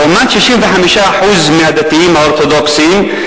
לעומת 65% מהדתיים האורתודוקסים.